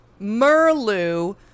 Merlu